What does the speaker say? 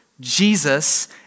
Jesus